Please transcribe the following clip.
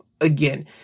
Again